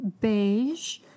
beige